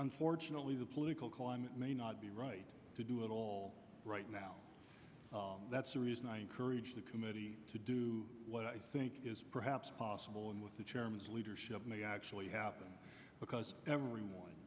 unfortunately the political climate may not be right to do it all right now that's the reason i encourage the committee to do what i think is perhaps possible and what the chairman's leadership may actually happen because everyone